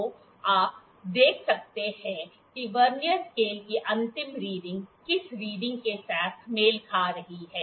तो आप देख सकते हैं कि वर्नियर स्केल की अंतिम रीडिंग किस रीडिंग के साथ मेल खा रही है